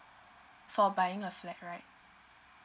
for buying a flat right